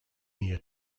near